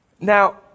now